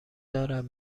دارد